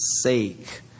sake